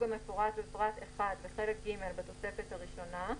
המפורט בפרט 1 בחלק ג' בתוספת הראשונה,